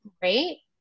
great